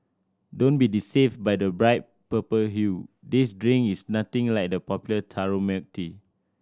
don't be deceived by the bright purple hue this drink is nothing like the popular taro milk tea